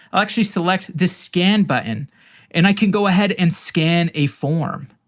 actually select the scan button and i can go ahead and scan a form.